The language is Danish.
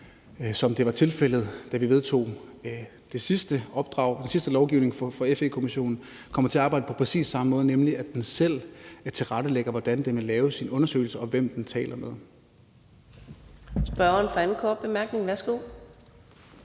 som det var tilfældet, da vi vedtog det sidste opdrag, den sidste lovgivning om FE-kommissionen, nemlig at den selv tilrettelægger, hvordan den vil lave sine undersøgelser, og hvem den taler med.